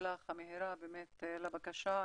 המהירה שלך לבקשה.